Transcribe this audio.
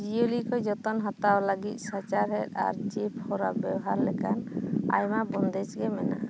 ᱡᱤᱭᱟᱹᱞᱤ ᱠᱚ ᱡᱚᱛᱚᱱ ᱦᱟᱛᱟᱣ ᱞᱟᱹᱜᱤᱫ ᱥᱟᱪᱟᱨᱦᱮᱫ ᱟᱨ ᱡᱤᱵᱽ ᱦᱚᱨᱟ ᱵᱮᱣᱦᱟᱨ ᱞᱮᱠᱟᱱ ᱟᱭᱢᱟ ᱵᱚᱱᱫᱮᱡᱽ ᱜᱮ ᱢᱮᱱᱟᱜ ᱟ